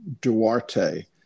Duarte